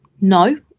no